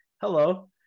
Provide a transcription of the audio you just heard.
hello